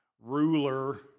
ruler